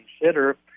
consider